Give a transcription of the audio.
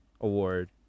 Award